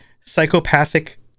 psychopathic